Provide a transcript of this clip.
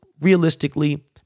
realistically